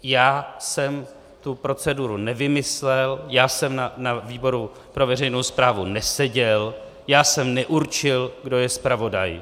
Já jsem tu proceduru nevymyslel, já jsem na výboru pro veřejnou správu neseděl, já jsem neurčil, kdo je zpravodaj.